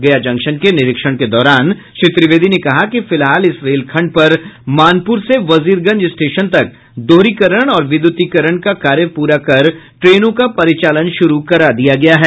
गया जंक्शन के निरीक्षण के दौरान श्री त्रिवेदी ने कहा कि फिलहाल इस रेलखंड पर मानपुर से वजीरगंज स्टेशन तक दोहरीकरण और विद्युतीकरण का कार्य पूरा कर ट्रेनों का परिचालन शुरू करा दिया गया है